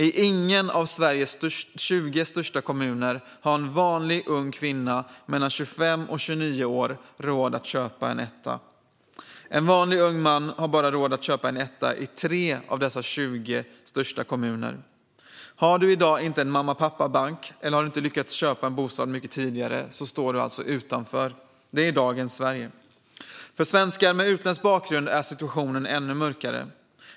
I ingen av Sveriges 20 största kommuner har en vanlig ung kvinna mellan 25 och 29 år råd att köpa en etta. En vanlig ung man har råd att köpa en etta i bara 3 av dessa 20 största kommuner. Om du inte i dag har en mamma-pappa-bank eller har lyckats köpa en bostad mycket tidigare står du alltså utanför. Detta är dagens Sverige. För svenskar med utländsk bakgrund är situationen ännu mörkare.